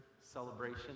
celebration